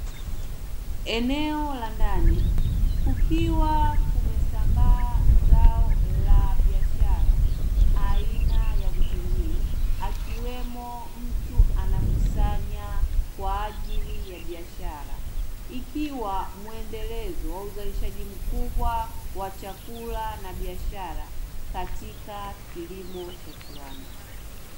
Eneo la ndani, kukiwa kumesambaa zao la biashara aina ya vitunguu, akiwemo mtu anakusanya kwa ajili ya biashara, ikiwa muendelezo wa uzalishaji mkubwa wa chakula na biashara katika kilimo cha viwanda.